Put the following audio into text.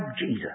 Jesus